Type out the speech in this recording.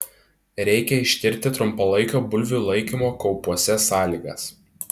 reikia ištirti trumpalaikio bulvių laikymo kaupuose sąlygas